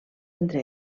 entre